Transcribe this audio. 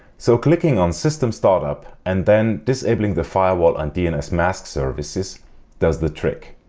so clicking on system-startup and then disabling the firewall and dnsmasq services does the trick.